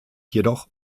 jedoch